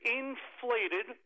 inflated